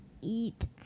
eat